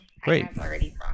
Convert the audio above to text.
Great